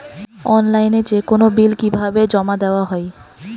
অনলাইনে যেকোনো বিল কিভাবে জমা দেওয়া হয়?